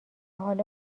حالا